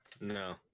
No